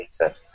later